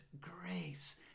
grace